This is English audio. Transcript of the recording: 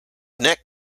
neck